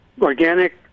organic